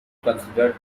considered